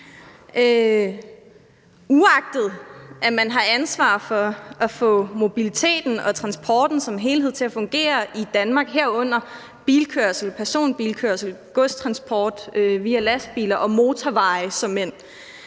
uagtet at man har ansvar for at få mobiliteten og transporten som helhed til at fungere i Danmark, herunder bilkørsel – personbilkørsel, godstransport via lastbiler og motorveje såmænd